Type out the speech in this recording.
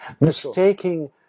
Mistaking